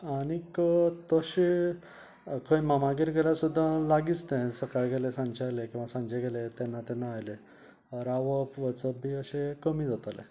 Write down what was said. आनीक तशे खंय मामागेर गेल्यार सुद्दां लागीच तें सकाळी गेले सांजे येले किंवा सांचे तेन्ना तेन्ना आयले रावप वचप बी अशें कमी जातालें